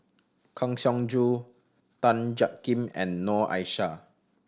Kang Siong Joo Tan Jiak Kim and Noor Aishah